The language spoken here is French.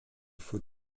faut